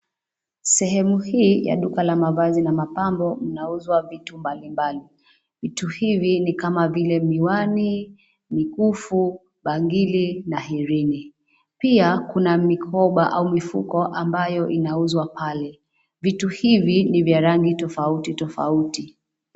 Sehemu hii ya duka la mavazi na mapambo inauzwa vitu mbalimbali. Vitu hivi ni kama vile miwani, mikufu, bangili na herini. Pia kuna mikoba au mifuko ambayo inauzwa pale. Vitu hivi ni vya rangi tofauti tofauti.